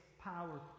power